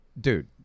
dude